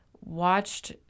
watched